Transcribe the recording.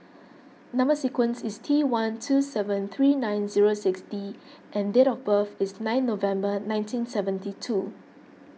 Number Sequence is T one two seven three nine zero six D and date of birth is nine November nineteen seventy two